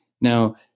Now